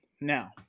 Now